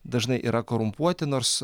dažnai yra korumpuoti nors